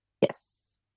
yes